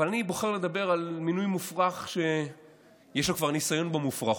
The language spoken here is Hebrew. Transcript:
אבל אני בוחר לדבר על מינוי מופרך שיש לו כבר ניסיון במופרכות.